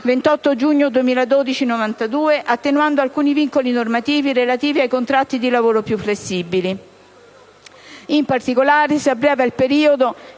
28 giugno 2012, n. 92, attenuando alcuni vincoli normativi relativi ai contratti di lavoro più flessibili.